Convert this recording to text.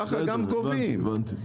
טוב, הבנתי.